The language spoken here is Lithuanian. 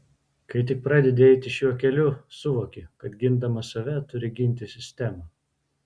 kai tik pradedi eiti šiuo keliu suvoki kad gindamas save turi ginti sistemą